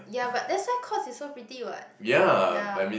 ya but that's why courts is so pretty what ya